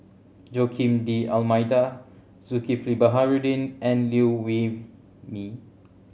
Joaquim D'Almeida Zulkifli Baharudin and Liew Wee Mee